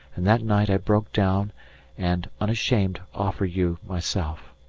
and that night i broke down and, unashamed, offered you myself.